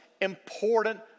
important